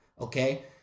Okay